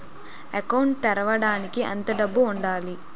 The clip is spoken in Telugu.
అకౌంట్ తెరవడానికి ఎంత డబ్బు ఉండాలి?